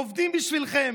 עובדים בשבילכם,